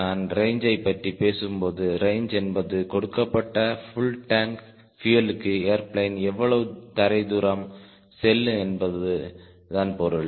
நான் ரேஞ்சை பற்றி பேசும்போது ரேஞ்ச் என்பது கொடுக்கப்பட்ட ஃபுள் டேங்க் பியூயலுக்கு ஏர்பிளேன் எவ்வளவு தரை தூரம் செல்லும் என்பதுதான் பொருள்